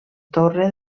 torre